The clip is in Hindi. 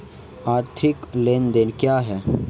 आर्थिक लेनदेन क्या है?